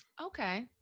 Okay